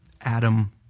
Adam